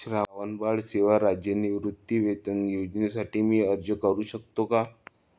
श्रावणबाळ सेवा राज्य निवृत्तीवेतन योजनेसाठी मी अर्ज करू शकतो का?